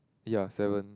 ya seven